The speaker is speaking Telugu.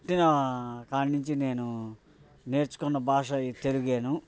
పుట్టిన కాడ నుంచి నేను నేర్చుకున్న భాష ఈ తెలుగు